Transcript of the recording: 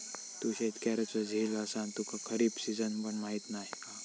तू शेतकऱ्याचो झील असान तुका खरीप सिजन पण माहीत नाय हा